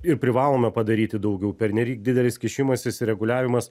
ir privalome padaryti daugiau pernelyg didelis kišimasis ir reguliavimas